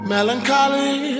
Melancholy